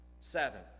seven